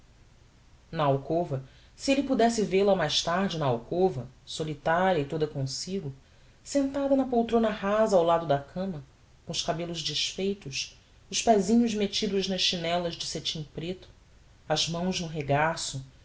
na alcova se elle podesse vel-a mais tarde na alcova solitaria e toda comsigo sentada na poltrona rasa ao lado da cama com os cabellos desfeitos os pésinhos mettidos nas chinellas de setim preto as mãos no regaço